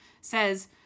says